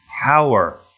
power